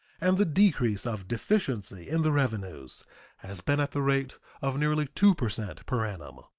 and the decrease of deficiency in the revenues has been at the rate of nearly two per cent per annum.